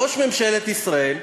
ראש ממשלת ישראל,